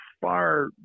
far